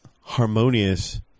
harmonious